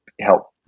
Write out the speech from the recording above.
help